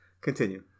Continue